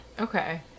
Okay